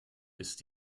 ist